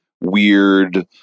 weird